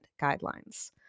guidelines